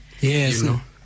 Yes